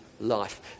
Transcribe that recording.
life